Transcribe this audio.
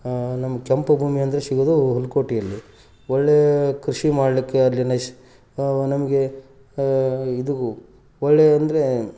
ನಮ್ಮ ಕೆಂಪು ಭೂಮಿ ಅಂದರೆ ಸಿಗೋದು ಹುಲಕೋಟಿಯಲ್ಲಿ ಒಳ್ಳೆಯ ಕೃಷಿ ಮಾಡಲಿಕ್ಕೆ ಅಲ್ಲಿಯ ನಮಗೆ ಇದು ಒಳ್ಳೆಯ ಅಂದರೆ